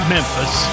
Memphis